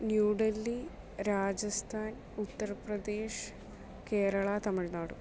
New Delhi Rajasthan Uttar Pradesh Kerala Tamil Nadu